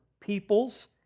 peoples